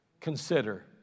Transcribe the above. Consider